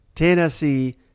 Tennessee